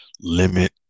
limit